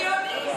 ציונים.